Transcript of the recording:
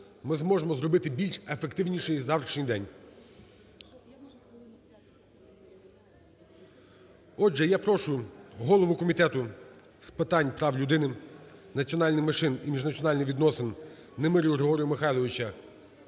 ми зможемо зробити більш ефективніший завтрашній день. Отже, я прошу голову Комітету з питань прав людини, національних меншин і міжнаціональних відносин Немирю Григорія